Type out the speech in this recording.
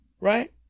right